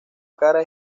cara